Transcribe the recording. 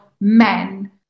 men